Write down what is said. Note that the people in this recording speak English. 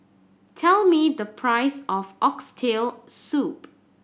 tell me the price of Oxtail Soup